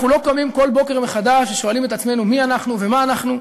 אנחנו לא קמים כל בוקר מחדש ושואלים את עצמנו מי אנחנו ומה אנחנו,